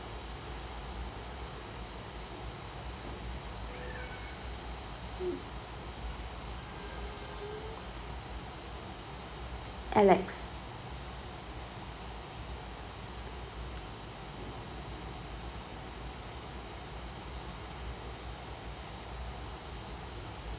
alex